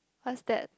what's that